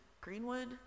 Greenwood